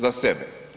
Za sebe.